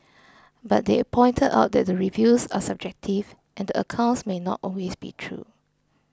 but they pointed out that the reviews are subjective and accounts may not always be true